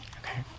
Okay